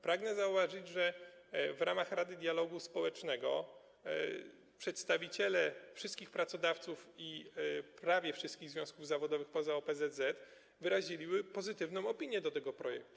Pragnę zauważyć, że w ramach Rady Dialogu Społecznego przedstawiciele wszystkich pracodawców i prawie wszystkich związków zawodowych poza OPZZ wyrazili pozytywną opinię o tym projekcie.